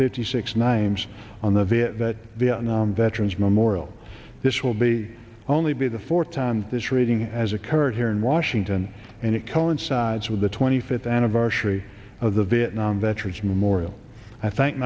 fifty six names on the visit that vietnam veterans memorial this will be only be the fourth time this rating as occurred here in washington and it coincides with the twenty fifth anniversary of the vietnam veterans memorial i thank